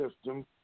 system